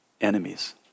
enemies